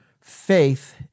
faith